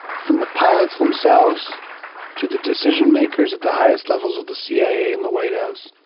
from the pilots themselves to the decision-makers at the highest levels of the cia and the white house,